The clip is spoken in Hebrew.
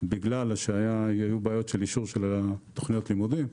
בגלל שהיו בעיות של אישור של תכניות הלימודים.